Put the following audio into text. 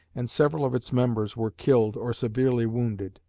and several of its members were killed or severely wounded.